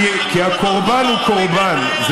כי הקורבן הוא קורבן.